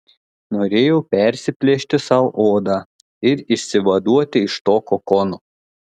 norėjau prasiplėšti sau odą ir išsivaduoti iš to kokono